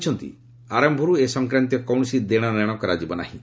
କହିଛନ୍ତି ଆରମ୍ଭରୁ ଏ ସଂକ୍ରାନ୍ତୀୟ କୌଣସି ଦେଶନେଶ କରାଯିବ ନାହିଁ